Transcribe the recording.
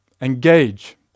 engage